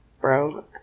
bro